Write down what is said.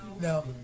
No